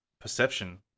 perception